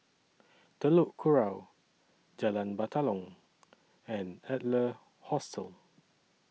Telok Kurau Jalan Batalong and Adler Hostel